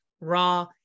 raw